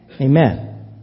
Amen